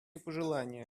пожелания